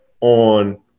on